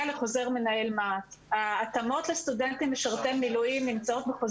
5,000 סטודנטים שמשרתים במילואים אבל כמה זה מסך המערך?